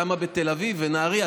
למה בתל אביב ונהריה,